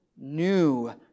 New